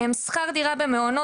שכר דירה במעונות,